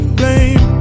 blame